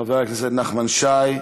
חבר הכנסת נחמן שי.